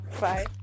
bye